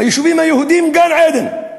ביישובים היהודיים, גן-עדן: